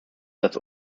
das